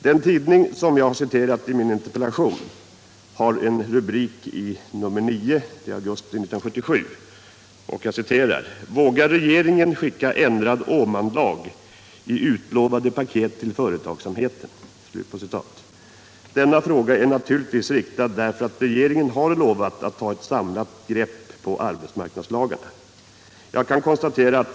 Den tidning som jag har citerat i min interpellation har en rubrik inr 9, augusti 1977, som lyder: Vågar regeringen skicka ändrad Åmanlag i utlovade paketet till företagsamheten? Denna fråga är naturligtvis riktad därför att regeringen har lovat att ta ett samlat grepp om arbetsmarknadslagarna.